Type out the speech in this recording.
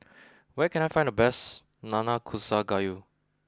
where can I find the best Nanakusa Gayu